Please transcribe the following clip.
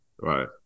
Right